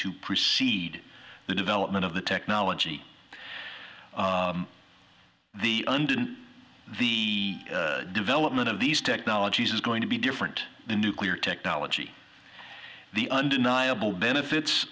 to proceed the development of the technology the and the development of these technologies is going to be different than nuclear technology the undeniable benefits